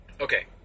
Okay